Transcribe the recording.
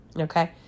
Okay